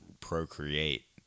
procreate